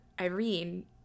Irene